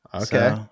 okay